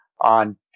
on